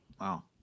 Wow